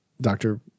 doctor